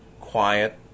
quiet